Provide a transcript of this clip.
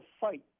fight